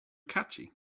catchy